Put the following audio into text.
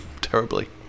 terribly